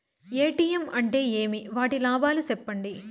ATM అంటే ఏమి? వాటి లాభాలు సెప్పండి?